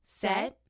set